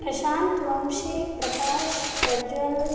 Prashant Vanshi Prakash Prajwal